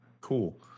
cool